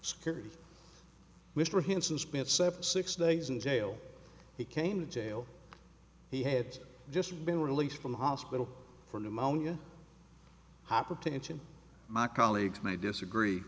security mr hanssen spent seventy six days in jail he came to jail he had just been released from the hospital for pneumonia hypertension my colleagues may disagree